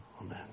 Amen